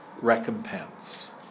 recompense